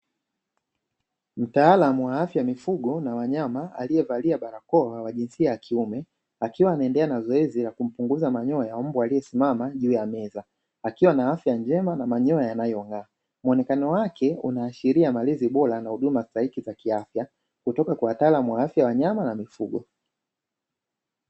Mtaalam wa afya ya mifugo na wanyama aliye valia barakoa wa jinsia ya kiume akiwa anaendelea na zoezi la kumpunguza manyoya mbwa aliyesimama juu ya meza akiwa na afya njema na manyoya yanayo ng'aa. Muonekano wake unaashiria malezi bora na huduma stahiki za kiafya kutoka kwa wataalam wa afya ya wanyama na mifugo